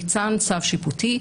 ניתן צו שיפוטי,